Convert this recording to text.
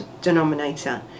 denominator